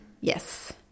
Yes